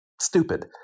stupid